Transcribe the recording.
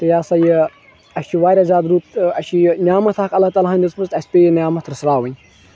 تہٕ یہِ ہسا یہِ اَسہِ چھِ وارِیاہ زیادٕ رُت اَسہِ چھِ یہِ نعامَتھ اَکھ اَللہ تَعالاہَن دِژمٕژ تہٕ اَسہِ پیٚیہِ یہِ نعامَتھ رٔژھراوٕنۍ